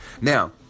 Now